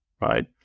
Right